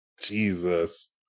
Jesus